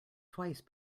twice